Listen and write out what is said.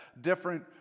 different